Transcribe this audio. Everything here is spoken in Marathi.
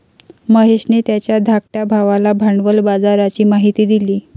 महेशने त्याच्या धाकट्या भावाला भांडवल बाजाराची माहिती दिली